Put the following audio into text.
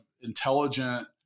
intelligent